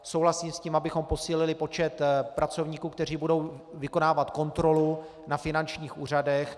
Souhlasím s tím, abychom posílili počet pracovníků, kteří budou vykonávat kontrolu na finančních úřadech.